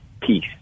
peace